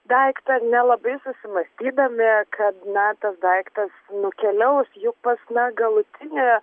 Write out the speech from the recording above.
daiktą nelabai susimąstydami kad na tas daiktas nukeliaus juk pas na galutinį